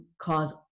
cause